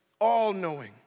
All-knowing